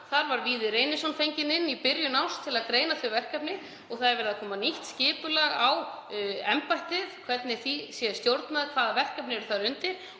Þar var Víðir Reynisson fengin inn í byrjun árs til að greina þau verkefni og það er verið að koma nýju skipulagi á embættið, hvernig því er stjórnað, hvaða verkefni eru þar undir